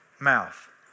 mouth